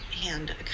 hand